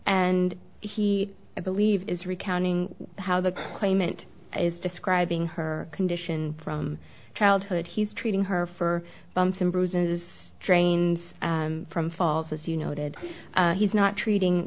and he i believe is recounting how the claimant is describing her condition from childhood he's treating her for bumps and bruises trains from falls as you noted he's not treating